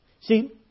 See